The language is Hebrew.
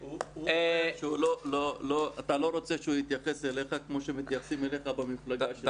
הוא אמר שאתה לא רוצה שהוא יתייחס אליך כמו שמתייחסים אליך במפלגה שלך.